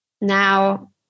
now